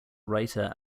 writer